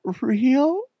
real